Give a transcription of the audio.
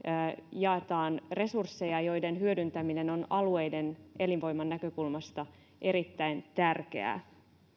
jaetaan resursseja joiden hyödyntäminen on alueiden elinvoiman näkökulmasta erittäin tärkeää